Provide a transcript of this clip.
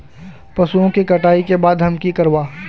पशुओं के कटाई के बाद हम की करवा?